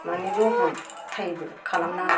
माने जहल टाइपबो खालामनाङा